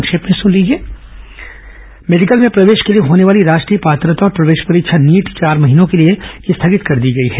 संक्षिप्त समाचार मेडिकल में प्रवेश के लिए होने वाली राष्ट्रीय पात्रता और प्रवेश परीक्षा नीट चार महीने के लिए स्थगित कर दी गई है